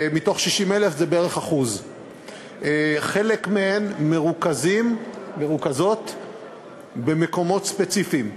מתוך 60,000 זה בערך 1%. חלק מהן מרוכזות במקומות ספציפיים.